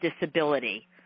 disability